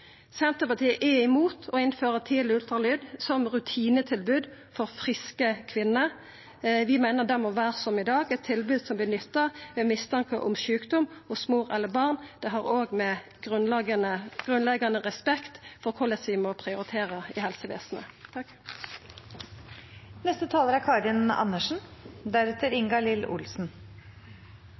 Senterpartiet er imot å innføra tidleg ultralyd som rutinetilbod til friske kvinner. Vi meiner det må vera som i dag, eit tilbod som vert nytta ved mistanke om sjukdom hos mor eller barn. Det har òg med grunnleggjande respekt for korleis vi må prioritera i helsevesenet, å gjera. Det er